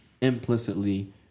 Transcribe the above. implicitly